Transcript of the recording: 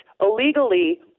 illegally